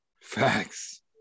Facts